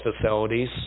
facilities